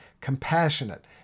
compassionate